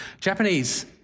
Japanese